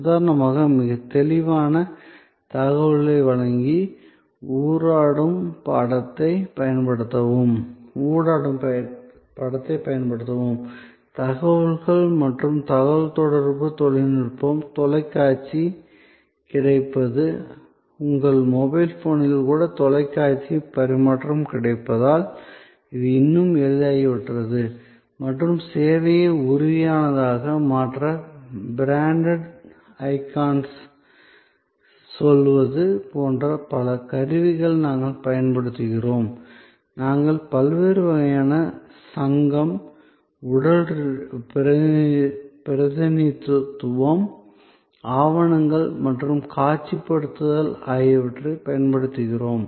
உதாரணமாக மிகத் தெளிவான தகவல்களை வழங்கி ஊடாடும் படத்தைப் பயன்படுத்தவும் தகவல் மற்றும் தகவல்தொடர்பு தொழில்நுட்பம் தொலைக்காட்சி கிடைப்பது உங்கள் மொபைல் போனில் கூட தொலைக்காட்சி பரிமாற்றம் கிடைப்பதால் இது இன்னும் எளிதாகிவிட்டது மற்றும் சேவையை உறுதியானதாக மாற்ற பிராண்ட் ஐகான்கள் சொல்வது போன்ற பல கருவிகளை நாங்கள் பயன்படுத்துகிறோம் நாங்கள் பல்வேறு வகையான சங்கம் உடல் பிரதிநிதித்துவம் ஆவணங்கள் மற்றும் காட்சிப்படுத்தல் ஆகியவற்றைப் பயன்படுத்துகிறோம்